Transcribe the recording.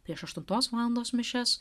prieš aštuntos valandos mišias